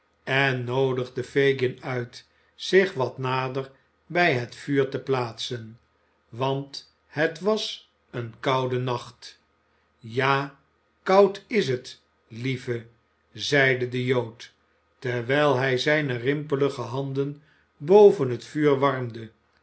en noodigde fagin uit zich wat nader bij het vuur te plaatsen want het was een koude nacht ja koud is het lieve zeide de jood terwijl hij zijne rimpelige handen boven het vuur warmde